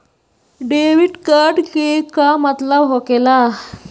Debit card के का मतलब होकेला?